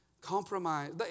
compromise